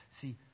See